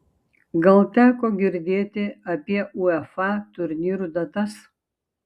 gal teko girdėti apie uefa turnyrų datas